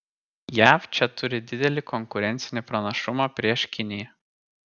jav čia turi didelį konkurencinį pranašumą prieš kiniją